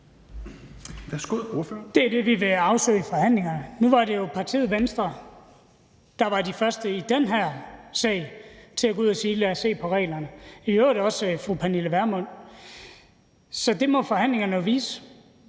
Det er det, vi vil afsøge i forhandlingerne. Nu var det jo partiet Venstre, der var de første i den her sag til at gå ud og sige: Lad os se på reglerne. Det var i øvrigt også fru Pernille Vermund. Så det må forhandlingerne vise.